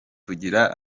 kugira